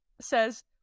says